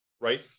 right